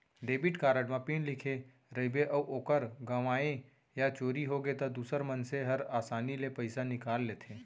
debit card म pin लिखे रइबे अउ ओहर गँवागे या चोरी होगे त दूसर मनसे हर आसानी ले पइसा निकाल लेथें